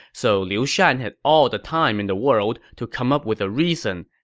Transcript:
so liu shan had all the time in the world to come up with a reason,